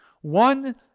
one